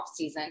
offseason